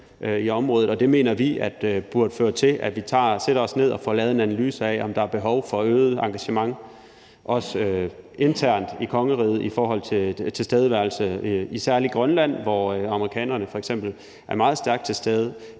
det mener vi burde føre til, at vi sætter os ned og får lavet en analyse af, om der er behov for øget engagement også internt i kongeriget i forhold til tilstedeværelse i særlig Grønland, hvor amerikanerne f.eks. er meget stærkt til stede.